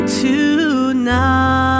tonight